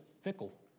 fickle